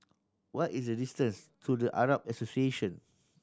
what is the distance to The Arab Association